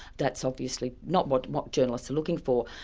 that's obviously not what what journalists are looking for.